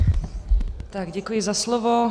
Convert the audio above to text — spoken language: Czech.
Děkuji za slovo.